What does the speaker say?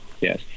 yes